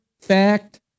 Fact